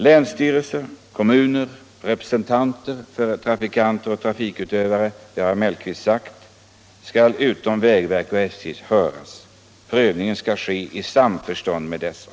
Länsstyrelser, kommuner, repre sentanter för trafikanter och trafikutövare — det har herr Mellqvist sagt Nr 89 — skall höras förutom vägverket och SJ. Prövningen skall ske i sam Onsdagen den förstånd med dessa.